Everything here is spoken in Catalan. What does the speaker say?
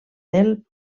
del